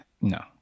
No